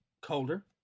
colder